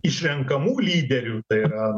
išrenkamų lyderių tai yra